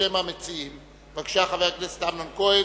חקיקה ליישום התוכנית הכלכלית לשנים 2009 ו-2010)